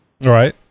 Right